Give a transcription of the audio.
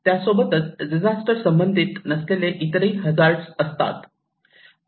त्यासोबतच डिजास्टर संबंधित नसलेले इतरही हजार्ड असतात